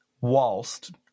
whilst